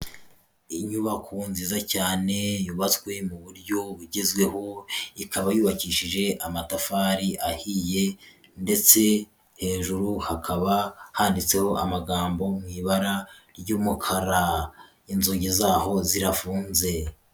Inyubako nziza cyane yubatswe mu buryo bugezweho, ikaba yubakishije amatafari ahiye ndetse hejuru hakaba handitseho amagambo mu ibara ry'umukara. Inzugi zaho zirafunze.